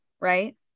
right